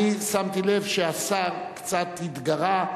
אני שמתי לב שהשר קצת התגרה,